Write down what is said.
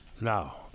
Now